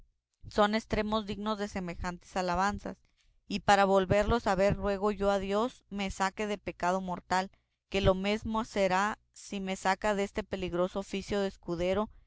son estremos dignos de semejantes alabanzas y para volverlos a ver ruego yo a dios me saque de pecado mortal que lo mesmo será si me saca deste peligroso oficio de escudero